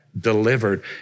delivered